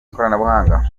ikoranabuhanga